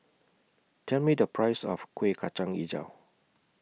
Tell Me The Price of Kuih Kacang Hijau